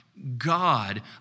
God